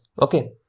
okay